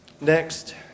Next